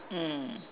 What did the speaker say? mm